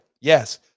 Yes